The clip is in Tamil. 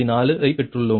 4 ஐப் பெற்றுள்ளோம்